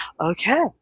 Okay